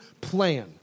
plan